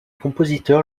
compositeur